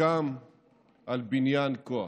וגם על בניין כוח.